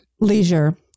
leisure